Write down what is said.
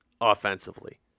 offensively